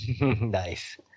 Nice